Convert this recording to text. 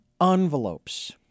envelopes